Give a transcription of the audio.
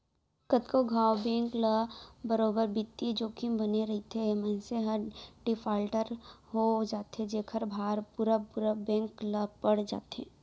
कतको घांव बेंक ल बरोबर बित्तीय जोखिम बने रइथे, मनसे ह डिफाल्टर हो जाथे जेखर भार पुरा पुरा बेंक ल पड़ जाथे